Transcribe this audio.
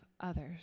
others